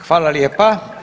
Hvala lijepa.